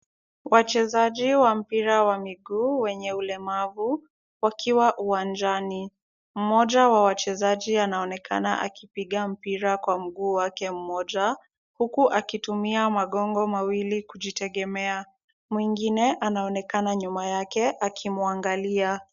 Wachezaji wa mpira wa miguu wenye ulemavu wakiwa uwanjani. Mmoja wa wachezaji anaonekana akipiga mpira kwa mguu wake mmoja huku akitumia magongo mawilikujitegemea. Mwingine anaonekana nyuma yake akimwangalia.